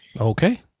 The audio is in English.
Okay